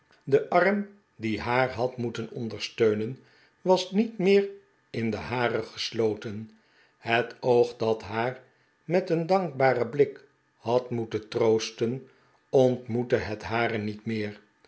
de arm die haar had moeten ondersteunen was niet meer in den hare gesloten het oog dat haar met een dankbaren blik had moeten troosten ontmoette het hare niet meer